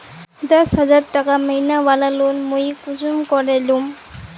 दस हजार टका महीना बला लोन मुई कुंसम करे लूम?